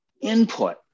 input